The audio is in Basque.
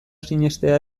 sinestea